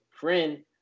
friend